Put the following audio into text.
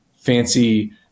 fancy